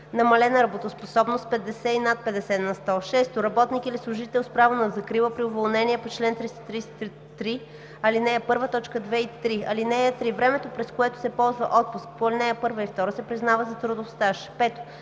намалена работоспособност 50 и над 50 на сто; 6. работник или служител с право на закрила при уволнение по чл. 333, ал. 1, т. 2 и 3. (3) Времето, през което се ползва отпуск по ал. 1 и 2, се признава за трудов стаж.“ 5.